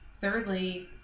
thirdly